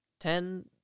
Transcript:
Ten